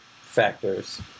factors